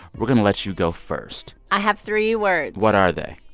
we're going to let you go first i have three words what are they?